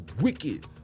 wicked